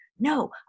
No